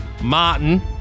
Martin